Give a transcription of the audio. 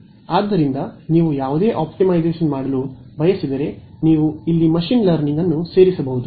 ಆದ್ದರಿಂದ ನೀವು ಯಾವುದೇ ಅತ್ಯುತ್ತಮವಾಗಿಸಲು ಬಯಸಿದರೆ ನೀವು ಇಲ್ಲಿ ಮಶೀನ್ ಲರ್ನಿಂಗ್ ಸೇರಿಸಬಹುದು